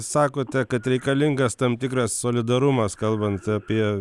sakote kad reikalingas tam tikras solidarumas kalbant apie